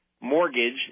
mortgage